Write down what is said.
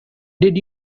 did